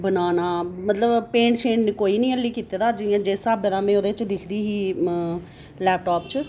बनाना मतलब पेंट कोई निं हाल्ली कीते दा जि'यां जिस स्हाबै दिखदी ही लैपटॉप च